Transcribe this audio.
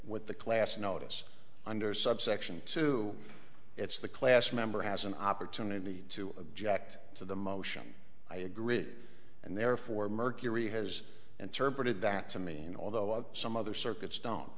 with the class notice under subsection two it's the class member has an opportunity to object to the motion i agreed and therefore mercury has interpreted that to mean although of some other circuit